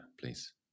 please